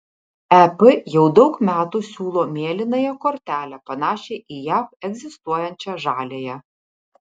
ep jau daug metų siūlo mėlynąją kortelę panašią į jav egzistuojančią žaliąją